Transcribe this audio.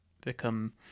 become